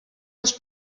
los